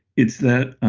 it's that